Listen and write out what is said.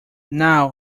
now